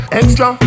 extra